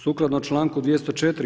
Sukladno članku 204.